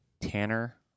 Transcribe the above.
Tanner